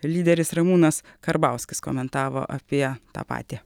lyderis ramūnas karbauskis komentavo apie tą patį